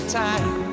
time